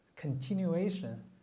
continuation